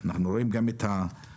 אנחנו רואים גם את הפיגורים.